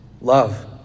love